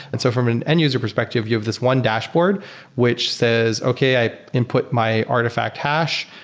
and so from an end-user perspective, you have this one dashboard which says, okay, i input my artifact hash,